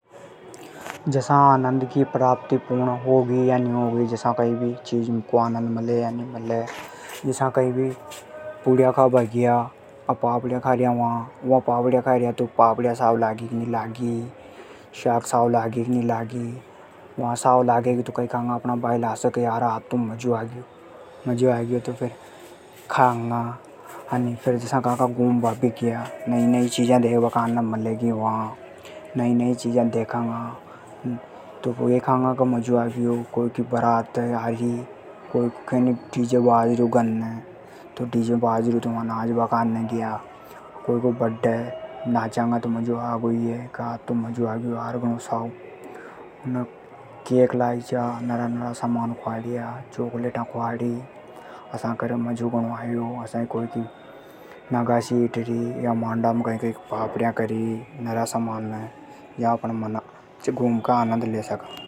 जसा आनंद की प्राप्ति होगी या नी होगी। कई भी चीज को आनंद मले या नी मले। जसा कई भी पुड़िया खाबा ग्या तो साव लागी के नी लागी। साग साव लागी के नी लागी। साव लगेगी तो भायला से कांगा यार आज तो मजो आग्यो। जसा कई कई घूमबा भी ग्या तो नई नई चीजा मलेगी वा। नई नई चीजा देखांगा तो या ही कांगा यार मजो आग्यो। डीजे बाजर्यो कोई का घर ने तो वा नाचबा काने ग्या। नाचांगा तो मजों आगो। कोई की बारात हिटरी तो नाचबा को आनंद आर्यों।